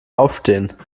aufstehen